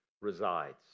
resides